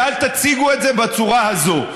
ואל תציגו את זה בצורה הזאת.